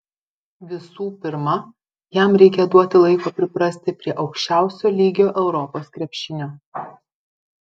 visų pirma jam reikia duoti laiko priprasti prie aukščiausio lygio europos krepšinio